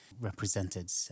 represented